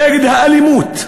נגד האלימות,